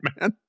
man